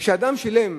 וכשאדם שילם,